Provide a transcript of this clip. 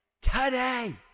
today